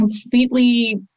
completely